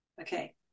okay